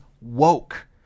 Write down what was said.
woke